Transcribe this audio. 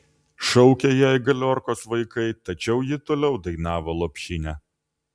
šaukė jai galiorkos vaikai tačiau ji toliau dainavo lopšinę